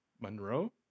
Monroe